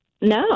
No